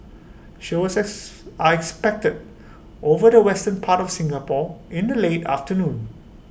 showers S are expected over the western part of Singapore in the late afternoon